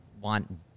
want –